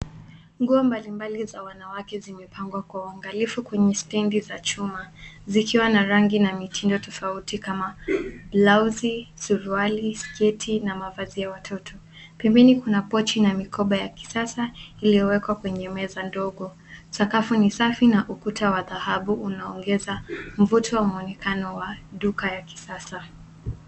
Nguo mbalimbali za wanawake zimepamgwa kwa uangalifu kwenye stedi za chuma, zikwa na rangi na mitindo tofauti kama blausi, suruali na mavazi ya watoto. Pembeni kuna pochina mikopa ya kisasa iliyowekwa kwenye meza ndogo. Sakafu ni safi na ukuta wa dhahabu unaongeza mvuto wa mwonekanao wa duka ya kisasa.